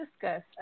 discuss